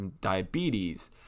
diabetes